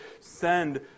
send